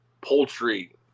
poultry